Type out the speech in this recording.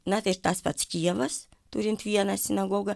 na tai tas pats kijevas turint vieną sinagogą